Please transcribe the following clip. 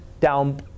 down